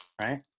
right